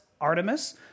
Artemis